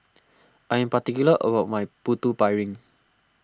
I am particular about my Putu Piring